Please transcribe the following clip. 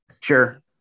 Sure